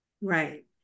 Right